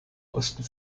osten